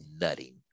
nutting